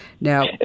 Now